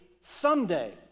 someday